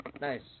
nice